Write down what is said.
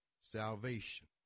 salvation